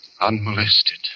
unmolested